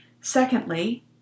Secondly